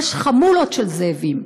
יש חמולות של זאבים.